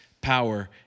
power